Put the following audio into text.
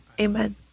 amen